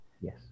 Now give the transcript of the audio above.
Yes